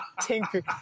tinker